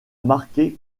marqué